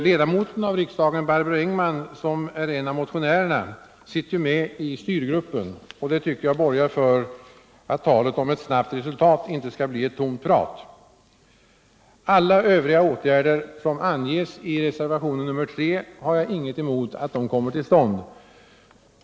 Ledamoten av riksdagen Barbro Engman, som är en av motionärerna, sitter med i styrgruppen, vilket jag tycker borgar för att talet om ett snabbt resultat 65 inte bara skall bli ett tomt prat. Jag har ingenting emot att alla övriga åtgärder som anges i reservationen 3 kommer till stånd.